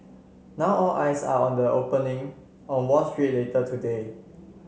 now all eyes are on the opening on Wall Street later today